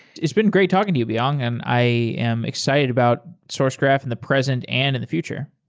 it's been great talking to you, beyang, and i am excited about sourcegraph in the present and in the future.